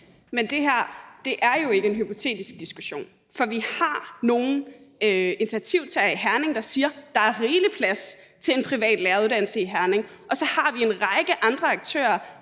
Men det her er jo ikke en hypotetisk diskussion, for vi har nogle initiativtagere i Herning, der siger, at der er rigelig plads til en privat læreruddannelse i Herning. Og så har vi en række andre aktører